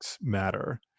matter